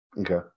Okay